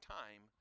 time